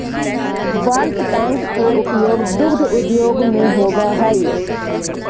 bulk tank के उपयोग दुग्ध उद्योग में होवऽ हई